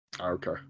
Okay